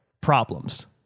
problems